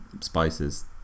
spices